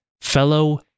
fellow